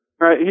Right